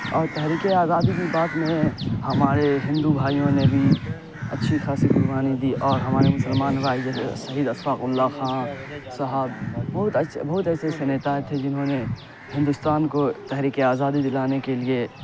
اور تحریک آزادی کے بعد میں ہمارے ہندو بھائیوں نے بھی اچھی خاصی قربانی دی اور ہمارے مسلمان بھائیوں جیسے شہید اشفاق اللہ خاں صاحب بہت بہت ایسے ایسے آئے تھے جنہوں نے ہندوستان کو تحریک آزادی دلانے کے لیے